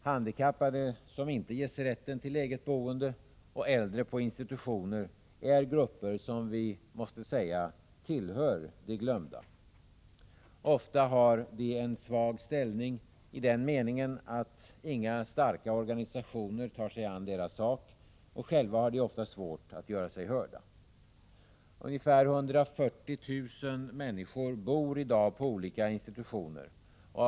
Handikappade som inte ges rätten till eget boende och äldre på institutioner är grupper som vi måste säga tillhör de glömda. Ofta har de en svag ställning i den meningen att inga starka organisationer tar sig an deras sak, och själva har de ofta svårt att göra sig hörda. Ungefär 140 000 människor bor i dag på olika institutioner.